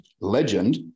legend